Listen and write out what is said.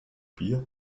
bier